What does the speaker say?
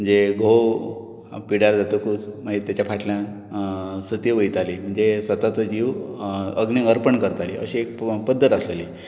म्हणजे घोव पिड्ड्यार जातकूच मागीर तेच्या फाटल्यान सती वयताली म्हणजे स्वाताचो जीव अग्नीक अर्पण करताली अशी एक पद्दत आसलेली